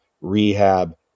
rehab